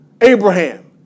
Abraham